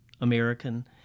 American